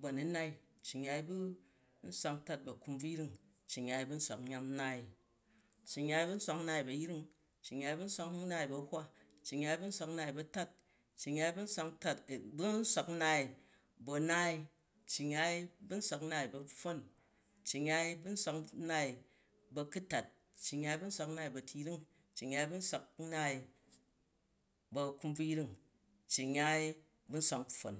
bu a̱nu̱nai, cci-nyyai bu nswak ntat bu a̱kumbvuyring, cci-nyya bu nswak-nnaai, cci-nyyai bu nswak-nnaai bu a̱yring, cci-nyyai bu nswak-nnaai bu a̱hwa, cci-nyyai bu nswak-nnaai bu a̱tat, cci-nyyai bu nswak-nnaai bu a̱naai, cci-nyyai bu nswak-nnaai bu a̱pfon, cci-nyyai bu nswak-nnaai bu a̱ku̱tat, cci-nyyai bu nswak-nnaai bu a̱tu̱yring, cci-nyyai bu nswak-nnaai bu a̱nu̱nai, cci-nyyai bu nswak-nnaai bu a̱kumbvuyring, cci-nyyai bu nswak npfon.